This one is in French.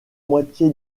moitié